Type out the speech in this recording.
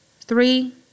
three